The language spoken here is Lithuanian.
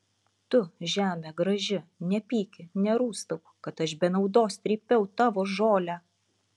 tu žeme graži nepyki nerūstauk kad aš be naudos trypiau tavo žolę